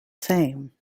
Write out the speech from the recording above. same